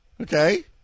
Okay